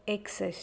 एकसश्ट